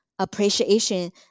Appreciation